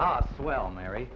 oz well mary